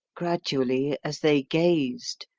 gradually, as they gazed,